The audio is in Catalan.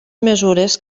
mesures